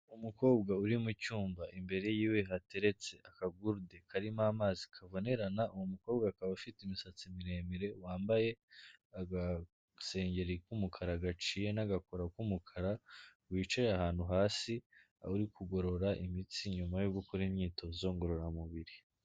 Umukobwa uri mu cyumba, imbere yiwe hateretse akagurude karimo amazi kabonerana, uwo mukobwa akaba afite imisatsi miremire, wambaye agasengeri k'umukara gaciye n'agakora k'umukara, wicaye ahantu hasi, uri kugorora imitsi nyuma yo gukora imyitozo ngororamubiri.